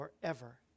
forever